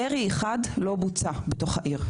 ירי אחד לא בוצע בתוך העיר.